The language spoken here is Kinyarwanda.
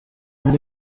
muri